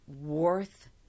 worth